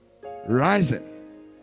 rising